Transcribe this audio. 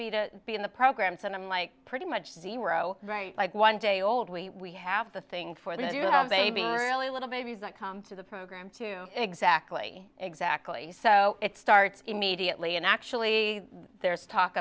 be to be in the programs and i'm like pretty much zero right like one day old we have the thing for that you have a really little babies that come to the program to exactly exactly so it starts immediately and actually there's talk